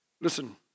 Listen